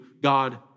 God